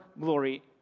glory